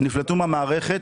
נפלטו מהמערכת.